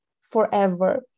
forever